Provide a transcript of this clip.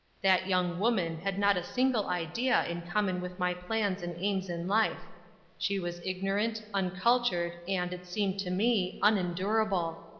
that young woman had not a single idea in common with my plans and aims in life she was ignorant, uncultured, and, it seemed to me, unendurable.